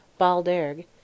Balderg